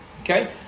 okay